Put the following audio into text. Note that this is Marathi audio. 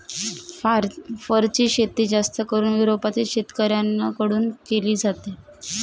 फरची शेती जास्त करून युरोपातील शेतकऱ्यांन कडून केली जाते